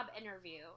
interview